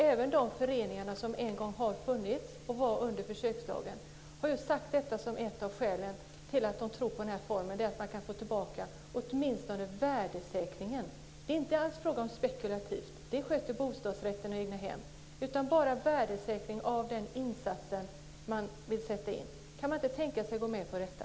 Även de föreningar som har funnits under försökslagen har sagt att ett av skälen till att de tror på denna boendeform är att det går att få tillbaka åtminstone en värdesäkrad insats. Det är inte alls fråga om spekulation. Det kan skötas med hjälp av bostadsrätter och egnahem. Det är en fråga om en värdesäkring av insatsen. Kan man inte tänka sig att gå med på detta?